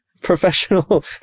professional